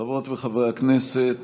חברות וחברי הכנסת,